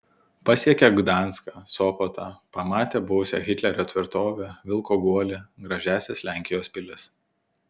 pasiekia gdanską sopotą pamatė buvusią hitlerio tvirtovę vilko guolį gražiąsias lenkijos pilis